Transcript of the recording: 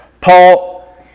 Paul